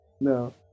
No